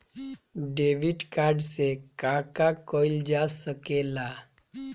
Debit card से का का कइल जा सके ला?